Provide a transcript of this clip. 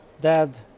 dad